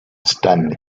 stanley